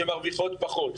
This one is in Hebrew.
שמרוויחות פחות.